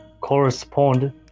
correspond